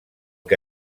que